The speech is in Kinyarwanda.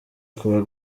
kuwa